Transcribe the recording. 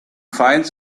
find